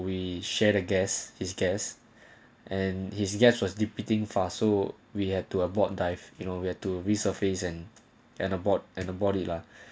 we share the guests is guest and his guests was depleting fast so we have to aboard dive you nowhere to risk of reason and aboard and the body lah